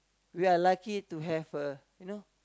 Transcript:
we are lucky to have a you know